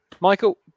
Michael